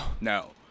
No